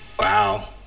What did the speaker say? Wow